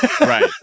Right